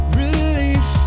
relief